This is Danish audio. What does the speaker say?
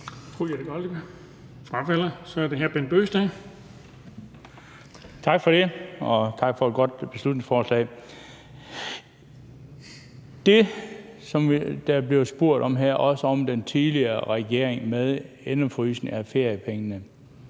Tak for det, og tak for et godt beslutningsforslag. Det, som der er blevet spurgt om her, også i forhold til den tidligere regering, er det med indefrysningen af feriepengene.